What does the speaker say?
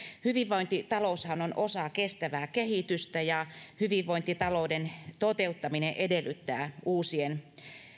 hyvinvointitaloushan on osa kestävää kehitystä ja hyvinvointitalouden toteuttaminen edellyttää uusien